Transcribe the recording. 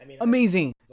amazing